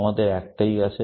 আমাদের একটাই আছে